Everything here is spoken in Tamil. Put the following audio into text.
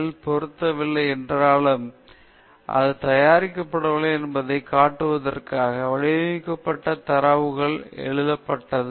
A உடன் பொருந்தவில்லை என்றாலும் அவை தயாரிக்கப்படவில்லை என்பதைக் காட்டுவதற்காக வடிவமைக்கப்பட்ட தரவுகளில் எழுதப்பட்டது